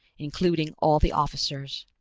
including all the officers.